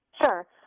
Sure